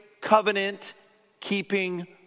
covenant-keeping